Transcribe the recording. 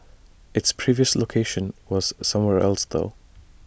its previous location was somewhere else though